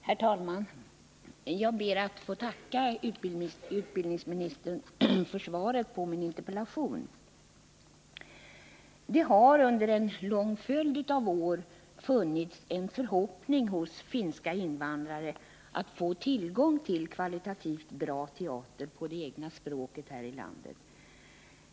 Herr talman! Jag ber att få tacka utbildningsministern för svaret på min interpellation. Det har under en lång följd av år funnits en förhoppning hos finska invandrare om att få tillgång till kvalitativt bra teater på det egna språket här i landet.